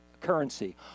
currency